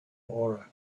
aura